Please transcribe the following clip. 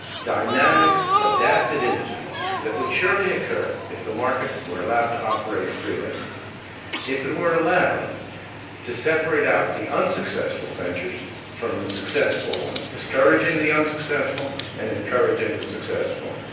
dynamic, adaptive industries that would surely occur if the market were allowed to operate freely if it were allowed to separate out the unsuccessful ventures from the successful ones, discouraging the unsuccessful and encouraging the successful.